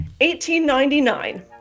1899